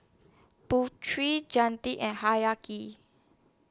Putri and Hayati